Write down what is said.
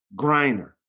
Griner